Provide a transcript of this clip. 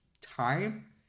time